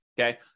okay